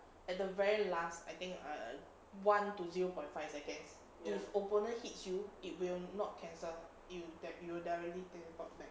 at the very last I think err one to zero point five seconds if opponents hits you it will not cancel it'll you will directly teleport back